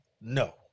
No